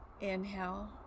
Inhale